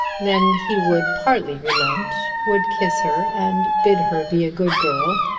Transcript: then he would partly relent, would kiss her and bid her be a good girl,